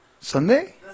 Sunday